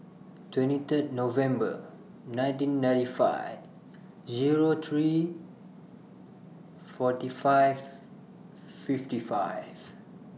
twenty Third November nineteen ninety five Zero three forty five fifty five